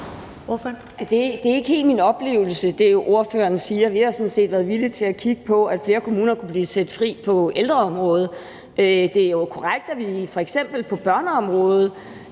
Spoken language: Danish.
er ikke helt min oplevelse. Vi har sådan set været villige til at kigge på, at flere kommuner kunne blive sat fri på ældreområdet. Det er korrekt, at vi f.eks. på børneområdet